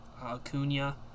Acuna